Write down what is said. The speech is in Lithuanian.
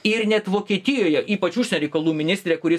ir net vokietijoje ypač užsienio reikalų ministrė kuris